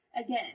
Again